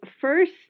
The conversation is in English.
first